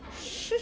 !huh!